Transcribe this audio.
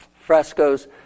frescoes